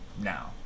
now